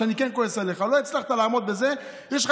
יש פה